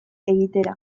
egitera